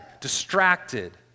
distracted